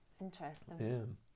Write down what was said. Interesting